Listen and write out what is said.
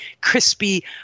crispy